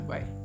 Bye